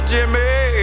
Jimmy